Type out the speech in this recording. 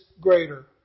greater